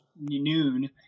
noon